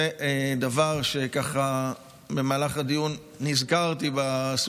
זה דבר שבמהלך הדיון נזכרתי בו,